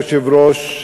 אדוני היושב-ראש,